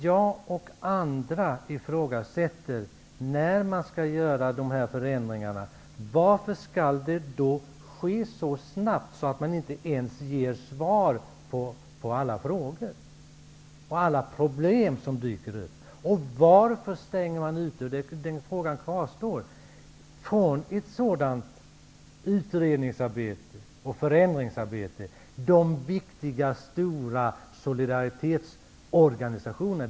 Jag och andra ifrågasätter varför dessa förändringar skall ske så snabbt att man inte ens ger svar på alla frågor och alla problem som dyker upp. Varför stänger man ute de viktiga stora solidaritetsorganisationerna i det här landet från ett sådant utrednings och förändringsarbete?